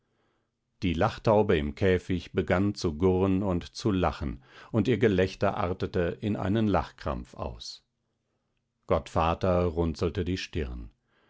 die lachtaube im käfig begann zu gurren und zu lachen und ihr gelächter artete in einen lachkrampf aus gottvater runzelte die stirn